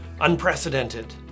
unprecedented